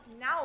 now